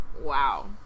Wow